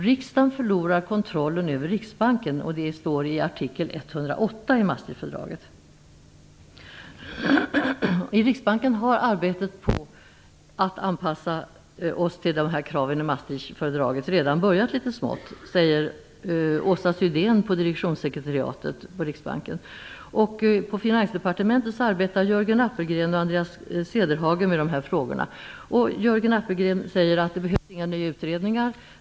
Riksdagen förlorar kontrollen över Riksbanken; det står i artikel 108 i Maastrichtfördraget. I Riksbanken har arbetet med en anpassning till de här kraven i Maastrichtfördraget redan börjat så smått, säger Åsa Sydén på direktionssekretariatet. På Anders Cedhagen med de här frågorna. Jörgen Appelgren säger att det inte behövs några nya utredningar.